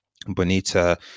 Bonita